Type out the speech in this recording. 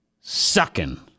sucking